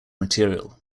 material